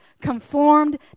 conformed